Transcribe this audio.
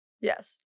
yes